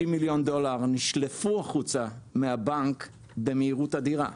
במהלך יום חמישי-שישי נשלפו החוצה מהבנק 60 מיליון דולר במהירות אדירה.